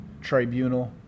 tribunal